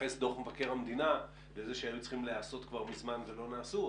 התייחס דו"ח מבקר המדינה לזה שהם היו צריכים להיעשות כבר מזמן ולא נעשו,